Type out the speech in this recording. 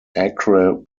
acre